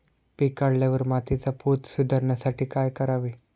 पीक काढल्यावर मातीचा पोत सुधारण्यासाठी काय करावे?